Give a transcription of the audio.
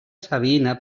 sabina